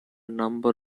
number